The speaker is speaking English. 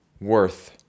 worth